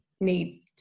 need